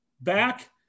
back